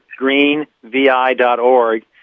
greenvi.org